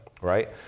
right